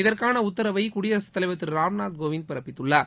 இதற்கான உத்தரவை குடியரசுத் தலைவர் திரு ராம்நாத் கோவிந்த் பிறப்பித்துள்ளார்